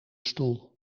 stoel